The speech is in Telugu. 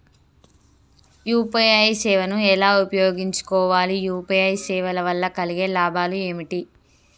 యూ.పీ.ఐ సేవను ఎలా ఉపయోగించు కోవాలి? యూ.పీ.ఐ సేవల వల్ల కలిగే లాభాలు ఏమిటి?